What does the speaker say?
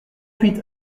huit